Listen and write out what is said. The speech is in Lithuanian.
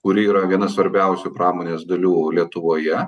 kuri yra viena svarbiausių pramonės dalių lietuvoje